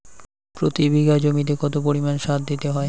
প্রতি বিঘা জমিতে কত পরিমাণ সার দিতে হয়?